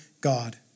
God